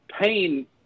pain